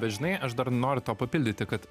žinai aš dar noriu tau papildyti kad